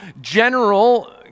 general